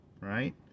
Right